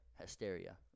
hysteria